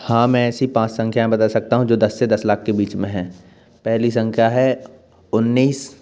हाँ मैं ऐसी पाँच संख्या बता सकता हूँ जो दस से दस लाख के बीच में है पहली संख्या है उन्नीस